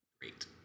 Great